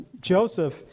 joseph